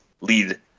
lead